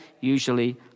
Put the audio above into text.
usually